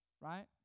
right